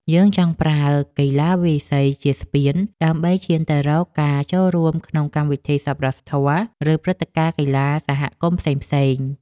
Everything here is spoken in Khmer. យើងចង់ប្រើកីឡាវាយសីជាស្ពាន ដើម្បីឈានទៅរកការចូលរួមក្នុងកម្មវិធីសប្បុរសធម៌ ឬព្រឹត្តិការណ៍កីឡាសហគមន៍ផ្សេងៗ។